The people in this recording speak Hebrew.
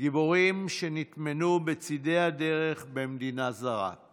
גיבורים שנטמנו בצידי הדרך במדינה זרה //